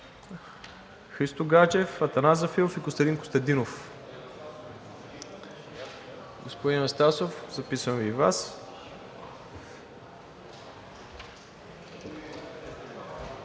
Христо Гаджев, Атанас Зафиров и Костадин Костадинов. Господин Анастасов, записвам и Вас.